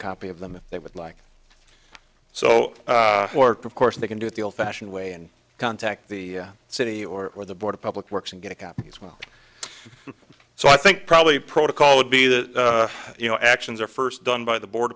copy of them if they would like so of course they can do it the old fashioned way and contact the city or or the board of public works and get a copy as well so i think probably protocol would be that you know actions are first done by the board